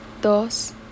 dos